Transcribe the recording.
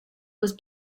was